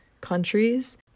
countries